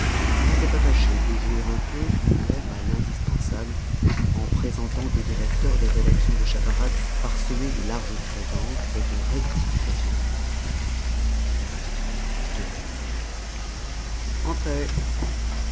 il n'était pas fâché de jouer un peu lui-même à l'indispensable en présentant au directeur les rédactions de chavarax parsemées de larges traits d'encre et de rectifications en marges deux coups entrez